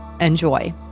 Enjoy